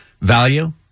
value